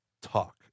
talk